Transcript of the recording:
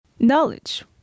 Knowledge